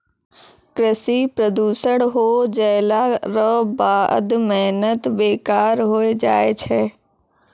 कृषि प्रदूषण हो जैला रो बाद मेहनत बेकार होय जाय छै